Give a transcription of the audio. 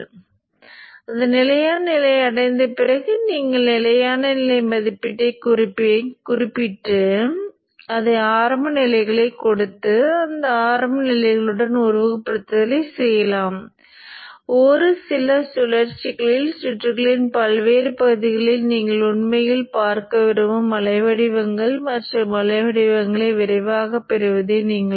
எனவே அதை மீண்டும் 0 க்கு கொண்டு வருவது மையத்தை மீட்டமைத்தல் என்று அழைக்கப்படுகிறது கட்டமைப்பு எதுவாக இருந்தாலும் மின்மாற்றிகளின் சரியான செயல்பாட்டிற்கு இது மிக மிக அவசியம்